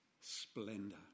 splendor